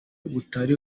butari